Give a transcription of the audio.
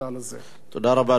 תודה רבה, אדוני.